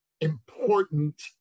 important